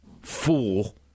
Fool